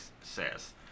says